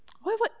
whatever